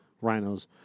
rhinos